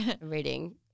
reading